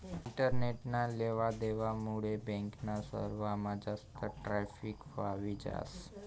इंटरनेटना लेवा देवा मुडे बॅक ना सर्वरमा जास्त ट्रॅफिक व्हयी जास